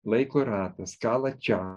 laiko ratas kalačią